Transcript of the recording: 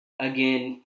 again